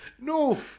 No